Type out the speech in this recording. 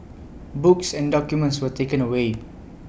books and documents were taken away